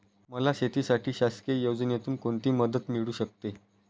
मला शेतीसाठी शासकीय योजनेतून कोणतीमदत मिळू शकते?